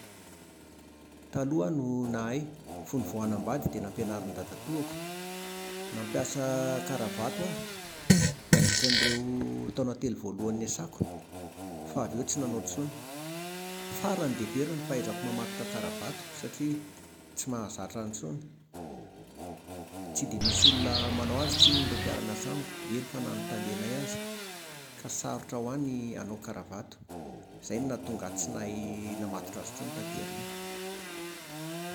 Taloha aho no nahay, fony vao hanambady dia nampianarin'ny dadatoako. Nampiasa karavato aho nandritra ireo taona telo voalohany niasako. Fa avy eo tsy nanao intsony. Farany dia very ny fahaizako mamatotra karavato, satria tsy mahazatra ahy intsony. Tsy dia misy olona manao azy tsinona ireo mpiara-miasa amiko. Eny fa na ny talenay aza, ka sarotra ho ahy ny hanao karavato. Izay no nahatonga ahy tsy nahay namatotra azy intsony taty aoriana